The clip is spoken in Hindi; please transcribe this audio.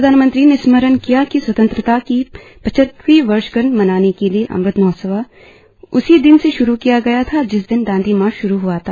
प्रधानमंत्री ने स्मरण किया कि स्वतंत्रता की पचहत्तरवीं वर्षगांठ मनाने के लिए अमृत महोत्सव उसी दिन से श्रू किया गया था जिस दिन दांडी मार्च श्रू ह्आ था